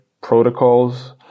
protocols